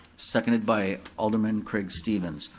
seconded by alderman craig stevens.